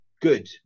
good